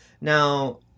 Now